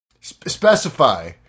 Specify